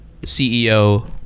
CEO